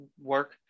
work